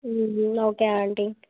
okay aunty